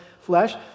flesh